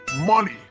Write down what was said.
money